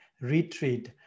retreat